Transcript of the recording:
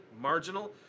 marginal